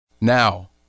Now